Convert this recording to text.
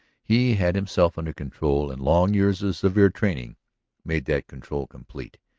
he had himself under control, and long years of severe training made that control complete.